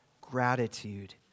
gratitude